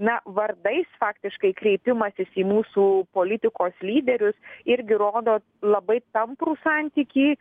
na vardais faktiškai kreipimasis į mūsų politikos lyderius irgi rodo labai tamprų santykį